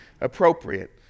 appropriate